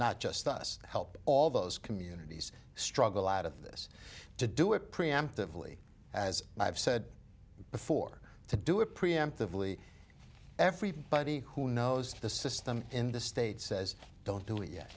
not just us help all those communities struggle out of this to do it preemptively as i've said before to do it preemptively everybody who knows the system in the states says don't